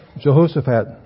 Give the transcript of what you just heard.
Jehoshaphat